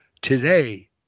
Today